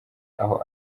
aho